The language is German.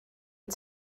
der